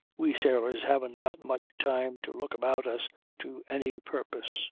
we sailors haven't got much time to look about us to any purpose.